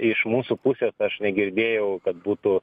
iš mūsų pusės aš negirdėjau kad būtų